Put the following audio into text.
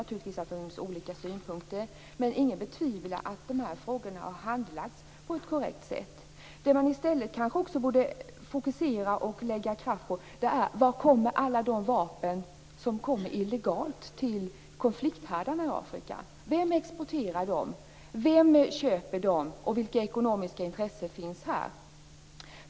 Naturligtvis finns det olika synpunkter, men ingen betvivlar att dessa frågor har handlagts på ett korrekt sätt. Det man i stället kanske också borde fokusera och lägga kraft på är frågan: Var kommer alla de vapen ifrån som kommer illegalt till konflikthärdarna i Afrika? Vem exporterar dem, vem köper dem och vilka ekonomiska intressen finns här?